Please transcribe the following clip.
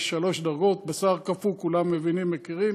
יש שלוש דרגות: בשר קפוא, כולם מבינים, מכירים,